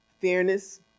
Fairness